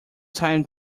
time